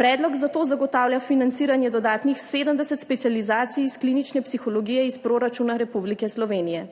Predlog za to zagotavlja financiranje dodatnih 70 specializacij iz klinične psihologije iz proračuna Republike Slovenije.